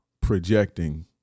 projecting